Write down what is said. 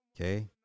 Okay